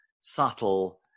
subtle